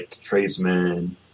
tradesmen